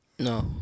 No